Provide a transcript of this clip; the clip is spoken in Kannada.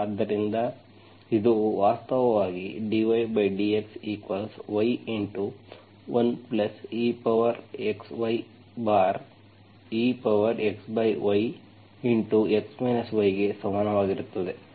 ಆದ್ದರಿಂದ ಇದು ವಾಸ್ತವವಾಗಿ dydxy 1exyexy x y ಗೆ ಸಮಾನವಾಗಿರುತ್ತದೆ